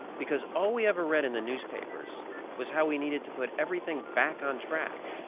because all we ever read in the newspapers was how we needed to put everything back on track,